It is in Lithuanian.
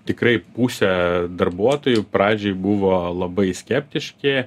tikrai pusė darbuotojų pradžiai buvo labai skeptiški